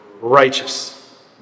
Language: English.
Righteous